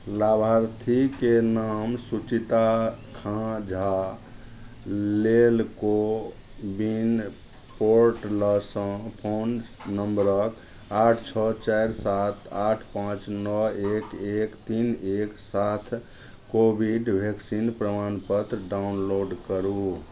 लाभार्थीके नाम सुचिता खाँ झा लेल कोविन पोर्टलसँ फोन नंबर आठ छओ चारि सात आठ पाँच नओ एक एक तीन एक साथ कोविड वैक्सीन प्रमाणपत्र डाउनलोड करु